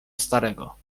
starego